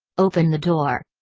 open the door!